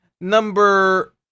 Number